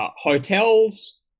hotels